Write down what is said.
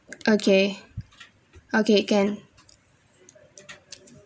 okay okay can